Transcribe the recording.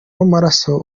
w’amaraso